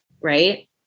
right